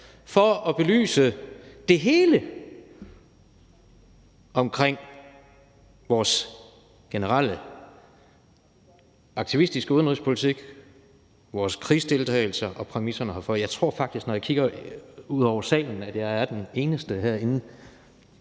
for at belyse det hele omkring vores generelle aktivistiske udenrigspolitik, vores krigsdeltagelser og præmisserne herfor. Når jeg kigger ud over salen, tror jeg faktisk, at jeg er den eneste herinde,